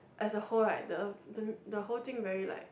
as a whole right the the the whole thing very like